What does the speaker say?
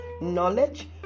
knowledge